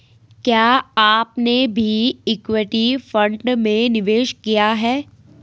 क्या आपने भी इक्विटी फ़ंड में निवेश किया है?